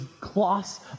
cloths